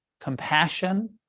compassion